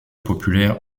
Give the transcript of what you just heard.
populaire